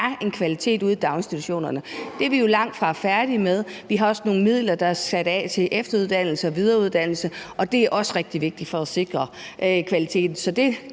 der er en kvalitet ude i daginstitutionerne. Det er vi langtfra færdige med. Vi har også nogle midler, der er sat af til efteruddannelse og videreuddannelse, og det er også rigtig vigtigt for at sikre kvaliteten.